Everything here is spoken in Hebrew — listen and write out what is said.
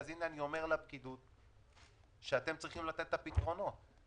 ויש לי מפח נפש גדול מההתנהלות שלו.